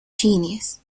genius